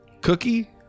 Cookie